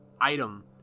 item